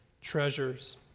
treasures